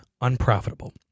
unprofitable